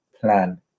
plan